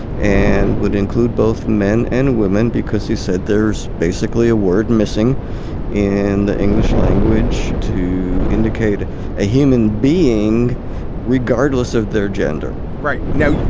and would include both men and women, because he said there's basically a word missing in the english language to indicate a human being regardless of their gender right now,